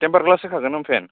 tempered ग्लाससो होखागोन ओमफ्रेन